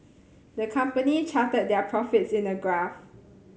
the company charted their profits in a graph